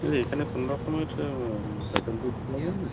এই এখানে কোনো রকমের ভেজাল দুধ কি